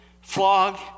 flog